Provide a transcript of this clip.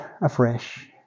afresh